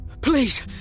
Please